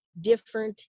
different